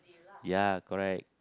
ya correct